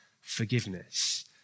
forgiveness